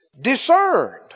discerned